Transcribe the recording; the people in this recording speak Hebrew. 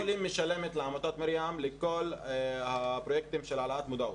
קופת חולים משלמת לעמותת 'מרים' לכל הפרויקטים של העלאת מודעות.